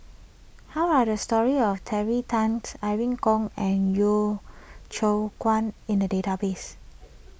how are the stories of Terry Tan Irene Khong and Yeo Ceow Kwang in the database